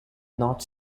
not